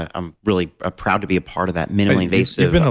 i'm really ah proud to be a part of that minimally invasive. and